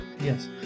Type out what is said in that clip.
Yes